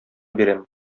бирәм